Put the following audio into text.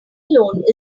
alone